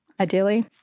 ideally